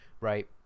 right